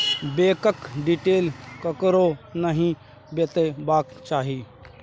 बैंकक डिटेल ककरो नहि बतेबाक चाही